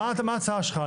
מה ההצעה שלך?